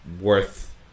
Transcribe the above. worth